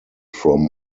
from